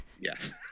Yes